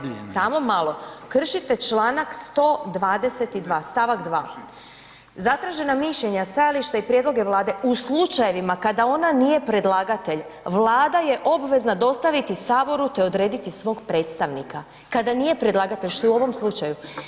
molim vas, samo malo, kršite Članka 122. stavak 2. „Zatražena mišljenja, stajalište i prijedloge Vlade u slučajevima kada ona nije predlagatelj, Vlada je obvezna dostaviti saboru te odrediti svog predstavnika.“ Kada nije predlagatelj, što je u ovom slučaju.